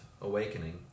awakening